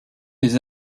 les